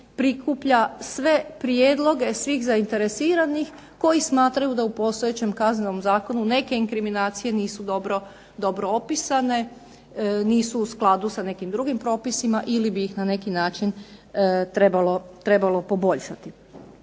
prikuplja sve prijedloge svih zainteresiranih koji smatraju da u postojećem Kaznenom zakonu neke inkriminacije nisu dobro opisane, nisu u skladu sa nekim drugim propisima ili bi ih na neki način trebalo poboljšati.